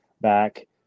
back